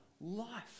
life